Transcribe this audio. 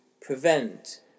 prevent